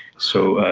so,